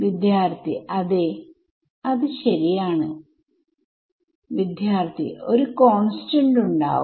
വിദ്യാർത്ഥി അതേ അത് ശരിയാണ് വിദ്യാർത്ഥി ഒരു കോൺസ്റ്റന്റ് ഉണ്ടാവും